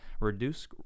reduce